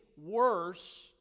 worse